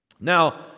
Now